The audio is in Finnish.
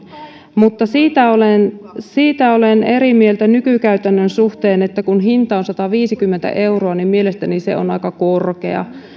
mutta siitä olen siitä olen eri mieltä nykykäytännön suhteen että kun hinta on sataviisikymmentä euroa niin mielestäni se on aika korkea